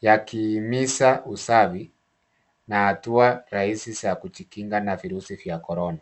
yakiimiza usafi na hatua rahisi za kujikinga na virusi vya corona.